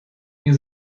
nie